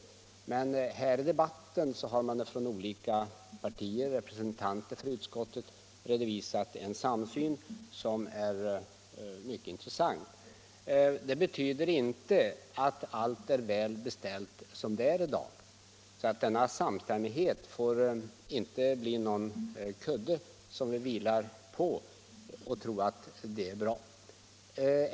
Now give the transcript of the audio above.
Här i debatten har representanter för utskottet från olika partier redovisat en samsyn som är mycket intressant. Det betyder emellertid inte att allt är väl beställt som det är i dag, så denna samstämmighet får inte bli någon kudde som vi vilar på och tror att allt är bra.